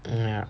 mm ya